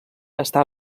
està